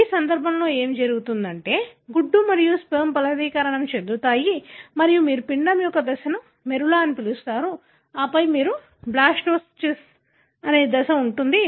ఈ సందర్భంలో ఏమి జరుగుతుందంటే గుడ్డు మరియు స్పెర్మ్ ఫలదీకరణం చెందుతాయి మరియు మీరు పిండం యొక్క దశను మోరులా అని పిలుస్తారు ఆపై మీకు బ్లాస్టోసిస్ట్ అనే దశ ఉంటుంది